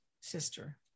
sister